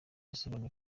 yasobanuye